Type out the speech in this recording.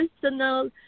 personal